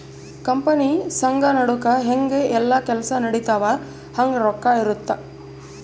company ಸಂಘ ನಡುಕ ಹೆಂಗ ಯೆಲ್ಲ ಕೆಲ್ಸ ನಡಿತವ ಹಂಗ ರೊಕ್ಕ ಇರುತ್ತ